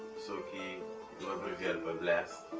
so came from blastoyse,